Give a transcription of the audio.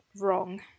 wrong